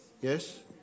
yes